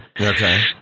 Okay